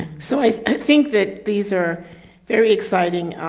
so i i think that these are very exciting.